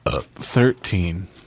Thirteen